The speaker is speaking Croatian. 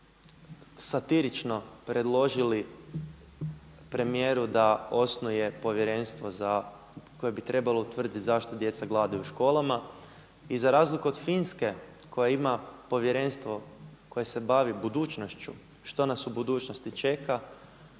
satirično predložili premijeru da osnuje povjerenstvo za, koje bi trebalo utvrditi zašto djeca gladuju u školama. I za razliku od Finske koja ima povjerenstvo koje se bavi budućnošću što nas u budućnosti čeka